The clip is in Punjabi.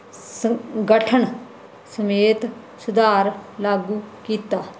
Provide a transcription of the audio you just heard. ਸੰਗਠਨ ਸਮੇਤ ਸੁਧਾਰ ਲਾਗੂ ਕੀਤਾ